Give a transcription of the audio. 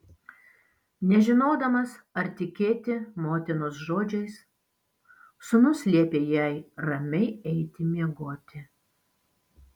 nežinodamas ar tikėti motinos žodžiais sūnus liepė jai ramiai eiti miegoti